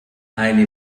eine